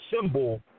symbol